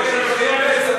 של חברת הכנסת.